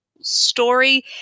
story